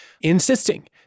insisting